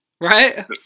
right